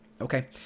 okay